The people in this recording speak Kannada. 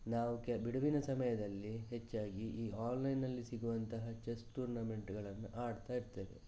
ನಾವು ಕೆ ಬಿಡುವಿನ ಸಮಯದಲ್ಲಿ ಹೆಚ್ಚಾಗಿ ಈ ಆನ್ಲೈನಲ್ಲಿ ಸಿಗುವಂತಹ ಚೆಸ್ ಟೂರ್ನಮೆಂಟ್ಗಳನ್ನು ಆಡ್ತಾ ಇರ್ತೇವೆ